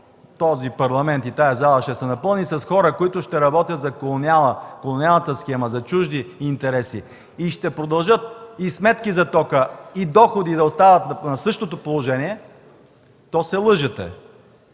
този Парламент, тази зала ще се напълни с хора, които ще работят за колониалната схема, за чужди интереси и ще продължат сметките за тока и доходите да останат на същото положение, то се лъжете!